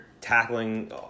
tackling